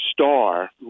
star